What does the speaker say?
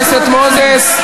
שמעתי אותך,